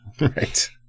Right